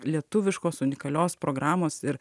lietuviškos unikalios programos ir